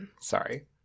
Sorry